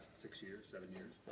six years, seven years